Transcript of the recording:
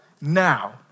now